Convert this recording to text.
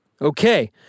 Okay